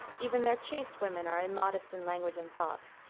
even their chaste women are immodest in language and thought.